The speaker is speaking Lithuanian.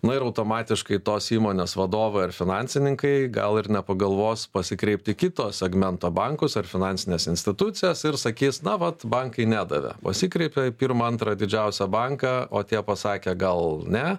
na ir automatiškai tos įmonės vadovai ar finansininkai gal ir nepagalvos pasikreipt į kito segmento bankus ar finansines institucijas ir sakys na vat bankai nedavė pasikreipė į pirmą antrą didžiausią banką o tie pasakė gal ne